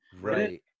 Right